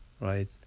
right